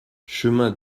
chemin